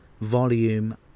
volume